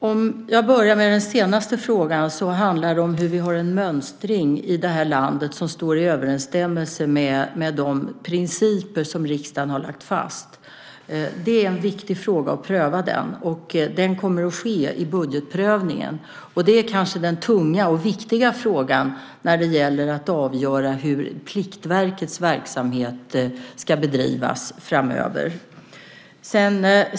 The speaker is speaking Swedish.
Herr talman! Jag börjar med den sista frågan, som handlade om vi i det här landet har en mönstring som står i överensstämmelse med de principer som riksdagen har lagt fast. Det är viktigt att pröva den frågan, och det kommer att ske i budgetprövningen. Det är kanske den tunga och viktiga frågan när det gäller att avgöra hur Pliktverkets verksamhet ska bedrivas framöver.